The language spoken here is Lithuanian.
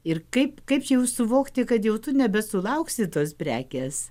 ir kaip kaip jau suvokti kad jau tu nebesulauksi tos prekės